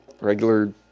regular